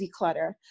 declutter